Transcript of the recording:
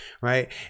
right